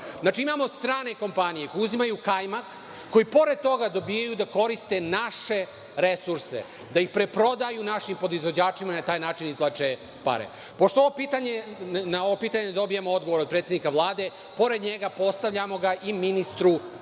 imamo strane kompanije koje uzimaju kajmak koji i pored toga dobijaju da koriste naše resurse, da ih preprodaju našim podizvođačima i na taj način izvlače pare. Pošto na ovo pitanje dobijemo odgovor od predsednika Vlade, pored njega, postavljamo ga i ministru